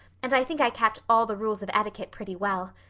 and i think i kept all the rules of etiquette pretty well.